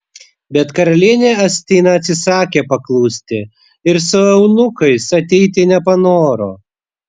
bet karalienė astina atsisakė paklusti ir su eunuchais ateiti nepanoro